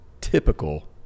typical